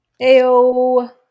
Heyo